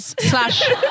slash